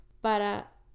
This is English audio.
para